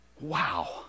Wow